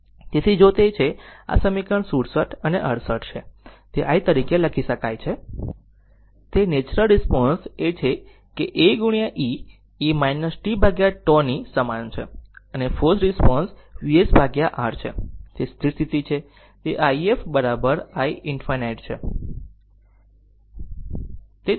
તેથી જો તે છે તો પછી સમીકરણ 67 અને 68 છે તે i તરીકે લખી શકાય છે તે નેચરલ રિસ્પોન્સ એ છે a e એ tτ નીસમાન છે અને આ ફોર્સ્ડ રિસ્પોન્સ Vs R છે તે સ્થિર સ્થિતિ છે તે i i f iinfinity છે